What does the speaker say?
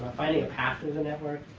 finding a path through the network.